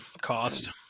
Cost